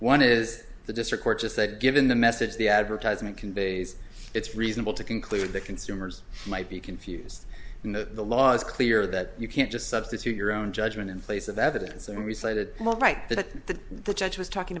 one is the district court just said given the message the advertisement conveys it's reasonable to conclude that consumers might be confused when the law is clear that you can't just substitute your own judgment in place of evidence and related right that the the judge was talking